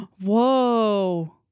Whoa